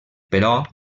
però